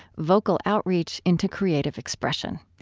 vocal outreach into creative expression.